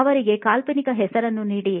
ಅವರಿಗೆ ಕಾಲ್ಪನಿಕ ಹೆಸರನ್ನು ನೀಡಿ